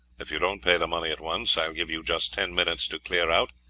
if you don't pay the money at once i'll give you just ten minutes to clear out,